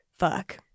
fuck